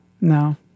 No